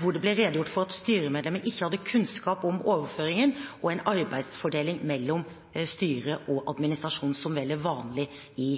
hvor det ble redegjort for at styremedlemmet ikke hadde kunnskap om overføringen og en arbeidsfordeling mellom styret og administrasjonen, som vel er vanlig i